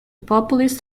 populist